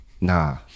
Nah